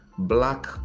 black